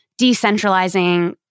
decentralizing